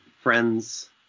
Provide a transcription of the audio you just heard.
friends